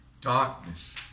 darkness